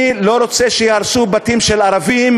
אני לא רוצה שיהרסו בתים של ערבים,